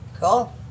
Cool